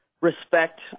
respect